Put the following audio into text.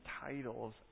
titles